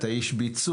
אתה איש ביצוע.